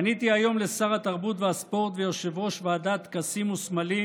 פניתי היום לשר התרבות והספורט ויושב-ראש ועדת טקסים וסמלים